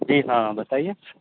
جی ہاں بتائیے